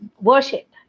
worship